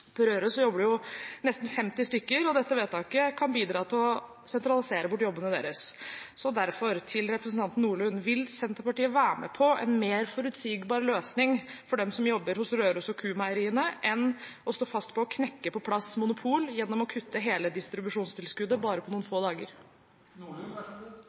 jobber det nesten 50 stykker, og dette vedtaket kan bidra til å sentralisere bort jobbene deres. Så derfor, til representanten Nordlund: Vil Senterpartiet være med på en mer forutsigbar løsning for dem som jobber hos Rørosmeieriet og Q-Meieriene, enn å stå fast på å knekke på plass monopol gjennom å kutte hele distribusjonstilskuddet bare på noen